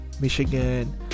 Michigan